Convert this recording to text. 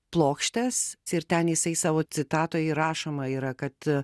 plokštes ir ten jisai savo citatoj įrašoma yra kad